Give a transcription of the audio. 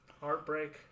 heartbreak